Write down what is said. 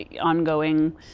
ongoing